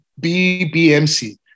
BBMC